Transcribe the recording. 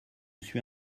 suis